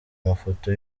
amafoto